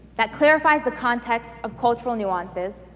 that clarifies the context of cultural nuances,